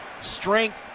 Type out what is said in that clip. strength